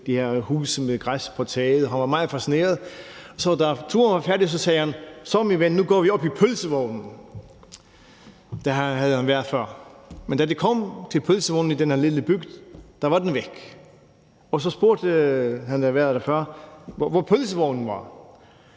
de her huse med græs på taget, og vennen var meget fascineret. Og da turen var færdig, sagde ham, der havde været der før: Så, min ven, nu går vi op i pølsevognen. Der havde han været før, men da de kom til pølsevognen i den her lille bygd, var den væk, og så spurgte han, hvor pølsevognen var,